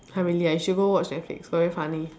!huh! really ah you should go watch netflix very funny